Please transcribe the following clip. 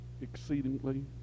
exceedingly